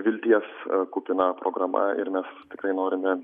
vilties kupina programa ir mes tikrai norime